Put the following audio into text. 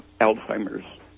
Alzheimer's